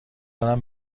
دارم